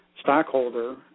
stockholder